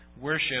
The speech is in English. worship